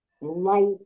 light